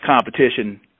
competition